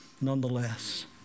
nonetheless